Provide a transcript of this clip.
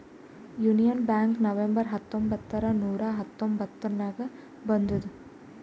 union Bank November ಹತ್ತೊಂಬತ್ತ್ ನೂರಾ ಹತೊಂಬತ್ತುರ್ನಾಗ್ ಬಂದುದ್